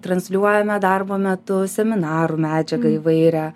transliuojame darbo metu seminarų medžiagą įvairią